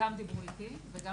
דיברו איתי וגם